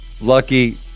lucky